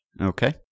Okay